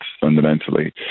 fundamentally